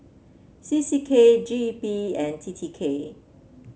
C C K G E P and T T K